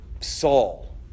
Saul